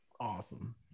Awesome